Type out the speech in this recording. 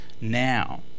now